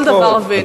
לכל דבר ועניין.